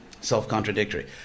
self-contradictory